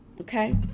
Okay